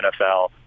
NFL